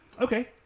okay